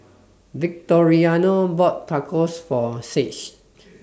Victoriano bought Tacos For Saige